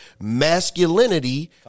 masculinity